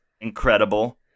incredible